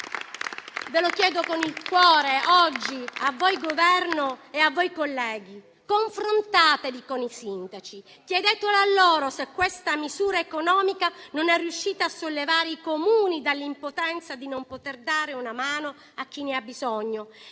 Lo chiedo con il cuore, oggi, a voi del Governo e a voi colleghi: confrontatevi con i sindaci, chiedetelo a loro se questa misura economica non è riuscita a sollevare i Comuni dall'impotenza di non poter dare una mano a chi ne ha bisogno.